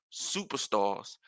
superstars